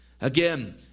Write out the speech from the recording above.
Again